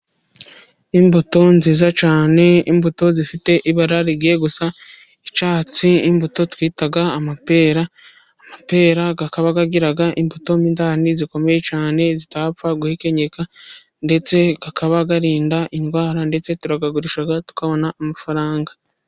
Imbuto nziza cyane imbuto zifite ibara rigiye gusa icyatsi imbuto twita amapera. Amapera akaba agira imbuto mo indani zikomeye cyane zitapfa guhekenyeka ,ndetse akaba arinda indwara, ndetse turayagurisha tukabona amafaranga.